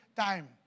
time